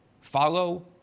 follow